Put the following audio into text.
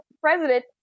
president